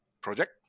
project